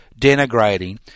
denigrating